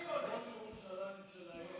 היא שלהם,